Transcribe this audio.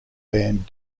band